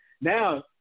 Now